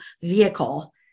vehicle